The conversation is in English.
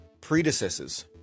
predecessors